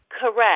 Correct